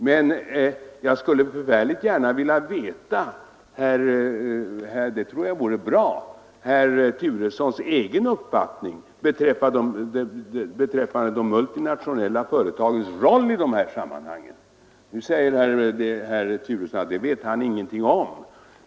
Men jag skulle förfärligt gärna vilja veta — det tror jag vore bra för oss alla — herr Turessons egen uppfattning beträffande de multinationella företagens roll i dessa sammanhang. Nu säger herr Turesson att det vet han ingenting om.